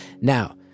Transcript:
Now